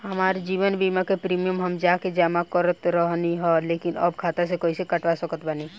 हमार जीवन बीमा के प्रीमीयम हम जा के जमा करत रहनी ह लेकिन अब खाता से कइसे कटवा सकत बानी?